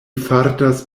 fartas